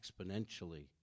exponentially